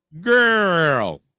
girl